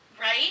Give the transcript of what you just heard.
Right